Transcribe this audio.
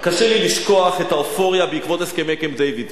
קשה לי לשכוח את האופוריה בעקבות הסכמי קמפ-דייוויד.